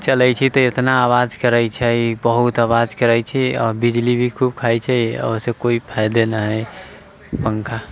चलै छे तऽ एतना अवाज करै छै बहुत अवाज करै छै आओर बिजली भी खूब खाइ छै अऽ ओहिसँ कोइ फाइदे नहि हइ पंखा